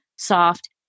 soft